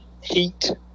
heat